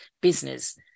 business